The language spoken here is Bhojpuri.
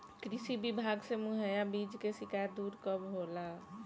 कृषि विभाग से मुहैया बीज के शिकायत दुर कब होला?